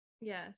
Yes